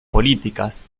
políticas